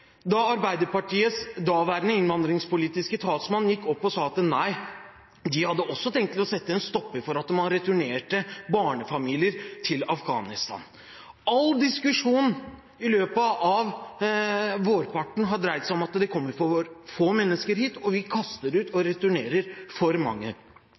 da Arbeiderpartiets daværende innvandringspolitiske talsmann sa at de hadde også tenkt å sette en stopper for å returnere barnefamilier til Afghanistan. All diskusjon i løpet av vårparten dreide seg om at det kom for få mennesker hit, og at vi kastet ut og returnerer for mange